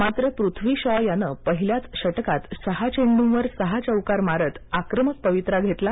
मात्र पृथ्वी शॉ यानं पहिल्याच षटकात सहा चेंडूंवर सहा चौकार मारत आक्रमक पवित्रा घेतला